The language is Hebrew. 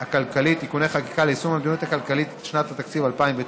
הכלכלית (תיקוני חקיקה ליישום המדיניות הכלכלית לשנת התקציב 2019),